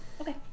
Okay